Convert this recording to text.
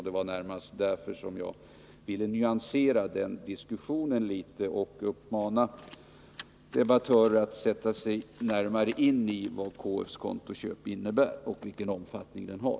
Det var närmast därför jag ville nyansera den diskussionen litet och uppmana debattören att sätta sig närmare in i vad KF:s kontoköp innebär och vilken omfattning det har.